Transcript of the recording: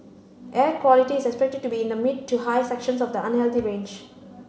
air quality is expected to be in the mid to high sections of the unhealthy range